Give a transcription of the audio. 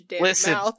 listen